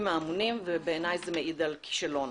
האמונים ובעיניי זה מעיד על כישלון.